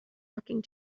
talking